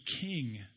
king